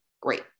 Great